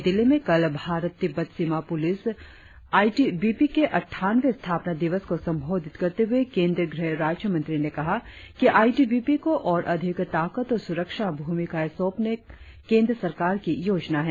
नई दिल्ली में कल भारत तिब्बत सीमा police I T B P के अट्ठावनवें स्थापना दिवस को संबोधित करते हुए केंद्रीय गृह राज्यमंत्री ने कहा कि आई टी बी पी को ओर अधिक ताकत और सुरक्षा भूमिकाएं सौंपना केंद्र सरकार की योजना है